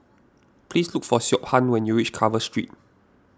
please look for Siobhan when you reach Carver Street